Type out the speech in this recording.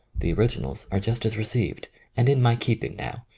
the originals are just as re ceived and in my keeiding now.